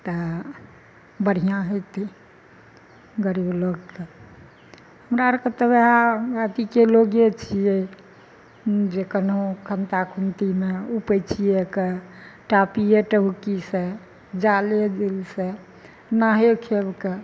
तऽ बढ़िऑं होइतै गरीब लोकके हमरा आरके तऽ वहए अथीके लोगे छियै जे कनहो खद्धा खुद्धीमे ऊपैछियै कऽ टापिये टबकी से जाले जुल से नावे खेब कऽ